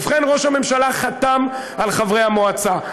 ובכן, ראש הממשלה חתם על חברי המועצה.